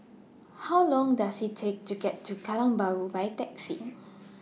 How Long Does IT Take to get to Kallang Bahru By Taxi